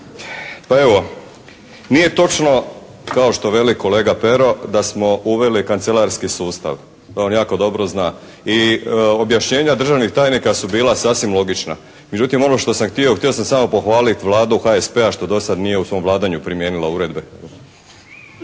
Pa evo, nije točno kao što veli kolega Pero da smo uveli kancelarski sustav. To on jako dobro zna. I objašnjenja državnih tajnika su bila sasvim logična. Međutim ono što sam htio, htio sam samo pohvaliti Vladu HSP-a što do sad nije u svom vladanju primijenila uredbe.